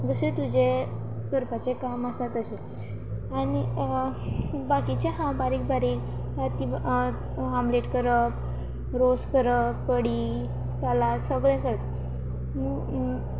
जशें तुजे करपाचे काम आसा तशे आनी बाकीचे हांव बारीक बारीक ताती हामलेट करप रोस करप पडी सालाद सगळें करप